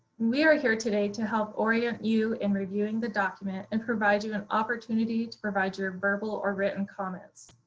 we are here today to help orient you in reviewing the document and provide you an opportunity to provide your verbal or written comments.